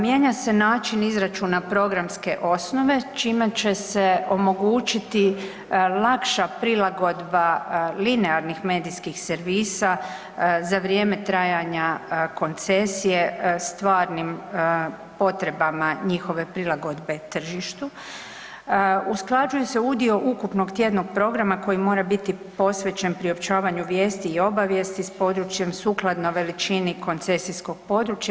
Mijenja se način izračuna programske osnove čime će se omogućiti lakša prilagodba linearnih medijskih servisa za vrijeme trajanja koncesije stvarnim potrebama njihove prilagodbe tržište, usklađuje se udio ukupnog tjednog programa koji mora biti posvećen priopćavanju vijesti i obavijesti s područjem sukladno veličini koncesijskog područja.